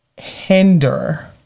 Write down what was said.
hinder